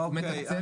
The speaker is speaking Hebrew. מתקצב